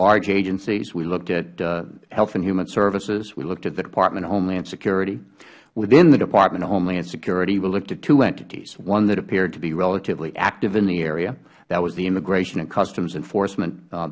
large agencies we looked at health and human services we looked at the department of homeland security within the department of homeland security we looked at two entities one that appeared to be relatively active in the area that was the immigration and customs enforcement